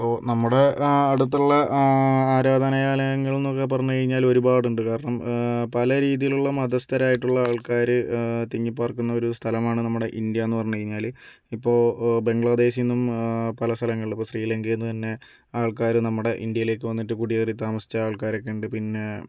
ഓ നമ്മുടെ അടുത്തുള്ള ആരാധനയാലയങ്ങൾ എന്നൊക്കെ പറഞ്ഞു കഴിഞ്ഞാൽ ഒരുപാട് ഉണ്ട് കാരണം പല രീതിയിലുള്ള മതസ്ഥരായിട്ടുള്ള ആൾക്കാർ തിങ്ങി പാർക്കുന്ന ഒരു സ്ഥലമാണ് നമ്മുടെ ഇന്ത്യ എന്ന് പറഞ്ഞ് കഴിഞ്ഞാൽ ഇപ്പോൾ ബംഗ്ലാദേശിൽ നിന്നും പല സ്ഥലങ്ങൾ ഇപ്പോൾ ശ്രീലങ്കയിൽ നിന്ന് തന്നെ ആൾക്കാർ നമ്മുടെ ഇന്ത്യയിലേക്ക് വന്നിട്ട് കുടിയേറി താമസിച്ച ആൾക്കാരൊക്കെയുണ്ട് പിന്നെ